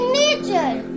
nature